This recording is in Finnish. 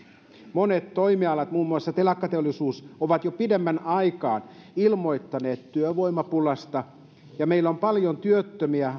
monet toimialat muun muassa telakkateollisuus ovat jo pidemmän aikaa ilmoittaneet työvoimapulasta ja meillä on paljon työttömiä